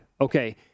Okay